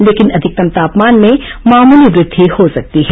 लेकिन अधिकतम तापमान में मामूली वृद्धि हो सकती है